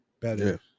better